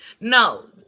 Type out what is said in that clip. No